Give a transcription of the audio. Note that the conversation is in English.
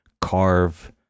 carve